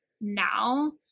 now